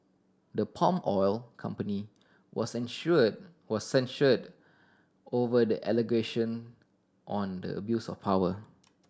the palm oil company were censured was censured over the allegation on the abuse of power